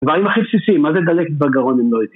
דברים הכי בסיסיים, מה זה דלקת בגרון אם לא ?